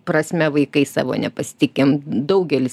prasme vaikais savo nepasitikim daugelis